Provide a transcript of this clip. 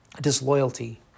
disloyalty